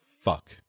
Fuck